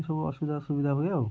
ଏଇ ସବୁ ଅସୁବିଧା ସୁବିଧା ହୁଏ ଆଉ